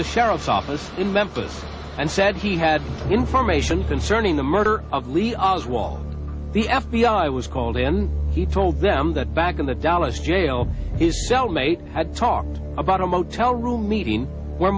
the sheriff's office in memphis and said he had information concerning the murder lee oswald the f b i was called in he told them that back in the dallas jail cell mate had talked about a motel room meeting where